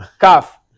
Calf